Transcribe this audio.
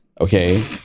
Okay